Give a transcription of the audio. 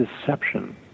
deception